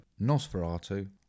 Nosferatu